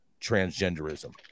transgenderism